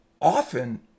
often